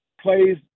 plays